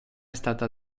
stata